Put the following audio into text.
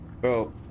Bro